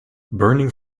burning